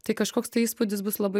tai kažkoks tai įspūdis bus labai